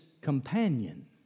companion